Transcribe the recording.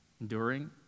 enduring